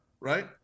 Right